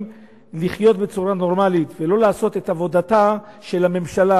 לחיות בצורה נורמלית ולא לעשות את עבודתה של הממשלה.